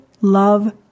love